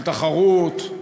של תחרות,